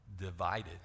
divided